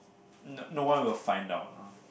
no no one will find out lah